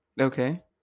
Okay